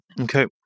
Okay